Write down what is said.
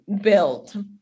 build